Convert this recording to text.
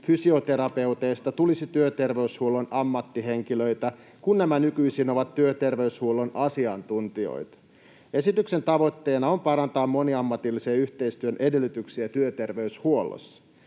fysioterapeuteista tulisi työterveyshuollon ammattihenkilöitä, kun nämä nykyisin ovat työter- veyshuollon asiantuntijoita. Esityksen tavoitteena on parantaa moniammatillisen yhteistyön edellytyksiä työterveyshuollossa.